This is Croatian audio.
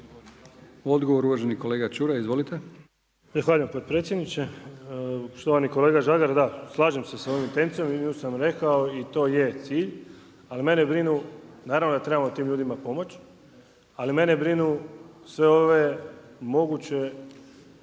Odgovor uvaženi kolega Čuraj. Izvolite. **Čuraj, Stjepan (HNS)** Zahvaljujem potpredsjedniče. Štovani kolega Žagar, da, slažem se sa ovom intencijom i nju sam rekao i to je cilj, ali mene brinu, naravno da trebamo tim ljudima pomoć, ali mene brinu sve ove moguće